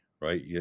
right